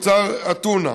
הטונה.